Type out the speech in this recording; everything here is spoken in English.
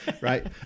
right